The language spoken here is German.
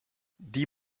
die